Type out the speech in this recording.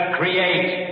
create